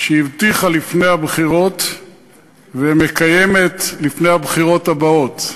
שהבטיחה לפני הבחירות ומקיימת לפני הבחירות הבאות,